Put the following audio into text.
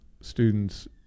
students